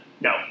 No